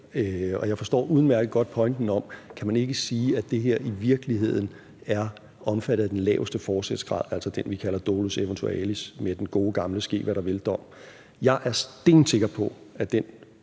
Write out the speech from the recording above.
Og jeg forstår udmærket godt pointen om, om man ikke kan sige, at det her i virkeligheden er omfattet af den laveste forsætsgrad, altså den, som vi kalder dolus eventualis, med den gode gamle ske hvad der vil-dom. Jeg er stensikker på, at den